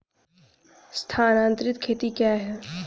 स्थानांतरित खेती क्या है?